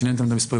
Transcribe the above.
שיניתם את המספרים.